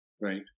right